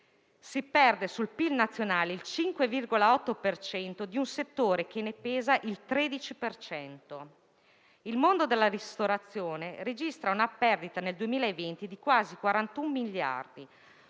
si perde sul PIL nazionale il 5,8 per cento di un settore che ne pesa il 13 per cento. Il mondo della ristorazione registra una perdita nel 2020 di quasi 41 miliardi: